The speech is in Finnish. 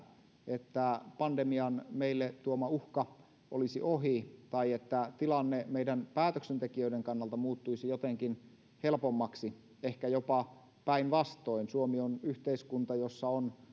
että pandemian meille tuoma uhka olisi ohi tai että tilanne meidän päätöksentekijöiden kannalta muuttuisi jotenkin helpommaksi ehkä jopa päinvastoin suomi on yhteiskunta jossa on